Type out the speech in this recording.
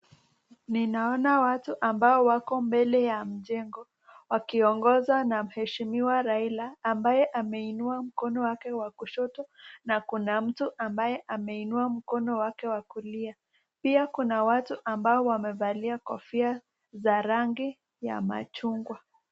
Ninaona watu ambao wako mbele ya mjengo akiongozwa na mweshimiwa Raila ambaye amainua mkono wake wa kushoto na Kuna mtu mabaye ameinua mkono wake wa kulia, pia kuna watu ambao wamevalia kofia za rangi ya machungwa.